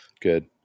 Good